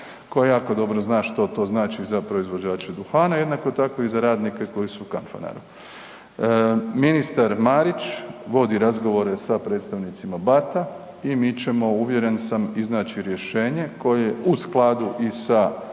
koja jako dobro zna što to znači za proizvođače duhana jednako tako i za radnike koji su u Kanfanaru. Ministar Marić vodi razgovore sa predstavnicima BAT-a i ćemo uvjeren sam iznaći rješenje koje je u skladu i sa